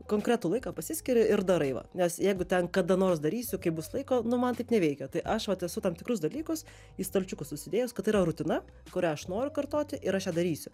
konkretų laiką pasiskiri ir darai va nes jeigu ten kada nors darysiu kai bus laiko nu man taip neveikia tai aš vat esu tam tikrus dalykus į stalčiukus susidėjus kad tai yra rutina kurią aš noriu kartoti ir aš ją darysiu